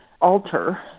alter